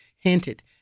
hinted